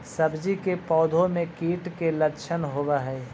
सब्जी के पौधो मे कीट के लच्छन होबहय?